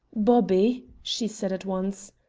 bobby, she said at once,